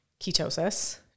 ketosis